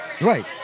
Right